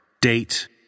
Date